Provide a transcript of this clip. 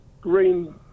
green